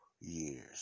years